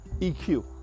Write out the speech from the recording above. EQ